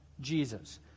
Jesus